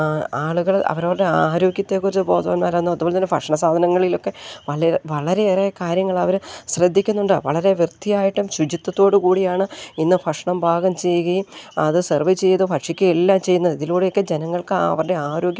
ആളുകൾ അവരുടെ ആരോഗ്യത്തെക്കുറിച്ച് ബോധവാന്മാരാകുന്നു അതുപോലെ തന്നെ ഭക്ഷണ സാധനങ്ങളിലൊക്കെ വളരെ വളരെയേറെ കാര്യങ്ങളവർ ശ്രദ്ധിക്കുന്നുണ്ട് വളരെ വൃത്തിയായിട്ടും ശുചിത്വത്തോടു കൂടിയാണ് ഇന്ന് ഭക്ഷണം പാകം ചെയ്യുകയും അത് സർവേ ചെയ്തു ഭക്ഷിക്കെ എല്ലാം ചെയ്യുന്നത് ഇതിലൂടെയൊക്കെ ജനങ്ങൾക്ക് അവരുടെ ആരോഗ്യം